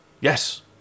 Yes